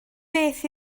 beth